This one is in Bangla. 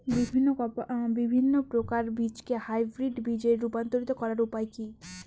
বিভিন্ন প্রকার বীজকে হাইব্রিড বীজ এ রূপান্তরিত করার উপায় কি?